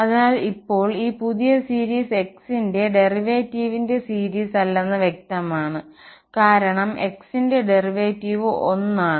അതിനാൽ ഇപ്പോൾ ഈ പുതിയ സീരീസ് x ന്റെ ഡെറിവേറ്റീവിന്റെ സീരീസ് അല്ലെന്ന് വ്യക്തമാണ് കാരണം x ന്റെ ഡെറിവേറ്റീവ് 1 ആണ്